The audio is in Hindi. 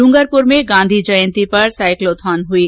डूंगरपुर में गांधी जयंती पर साक्लोथॉन हुई